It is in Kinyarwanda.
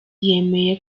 yemeye